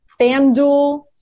FanDuel